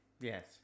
Yes